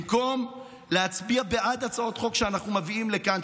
במקום להצביע בעד הצעות חוק שאנחנו מביאים לכאן,